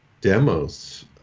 demos